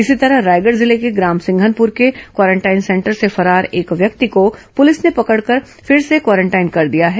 इसी तरह रायगढ़ जिले के ग्राम सिंघनपुर के क्वारेंटाइन सेंटर से फरार एक व्यक्ति को पुलिस ने पकड़कर फिर से क्वारेंटाइन कर दिया है